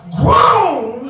grown